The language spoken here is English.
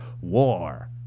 War